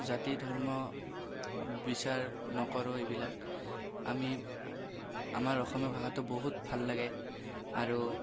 জাতি ধৰ্ম বিচাৰ নকৰোঁ এইবিলাক আমি আমাৰ অসমীয়া ভাষাটো বহুত ভাল লাগে আৰু